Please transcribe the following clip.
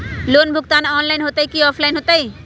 Loan भुगतान online होतई कि ऑफलाइन होतई?